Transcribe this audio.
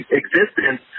existence